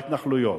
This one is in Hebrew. בהתנחלויות.